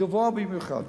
גבוה במיוחד.